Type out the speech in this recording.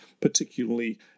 particularly